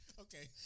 okay